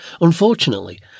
Unfortunately